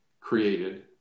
created